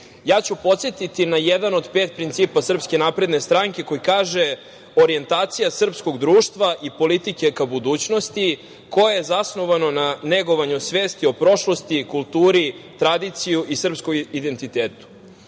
ću podsetiti na jedan od pet principa SNS koji kaže – orijentacija srpskog društva i politike ka budućnosti, koje je zasnovano na negovanju svesti o prošlosti i kulturi, tradicije i srpskom identitetu. Vi